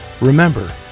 Remember